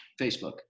Facebook